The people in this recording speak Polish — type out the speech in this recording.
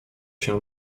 się